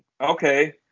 Okay